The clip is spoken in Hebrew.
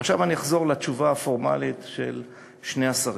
עכשיו אני אחזור לתשובה הפורמלית של שני השרים.